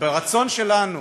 וברצון שלנו